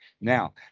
Now